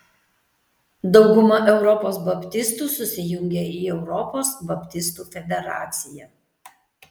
dauguma europos baptistų susijungę į europos baptistų federaciją